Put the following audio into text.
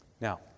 Now